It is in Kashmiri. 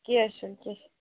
کیٚنٛہہ چھُنہٕ کیٚنٛہہ